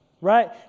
right